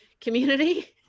community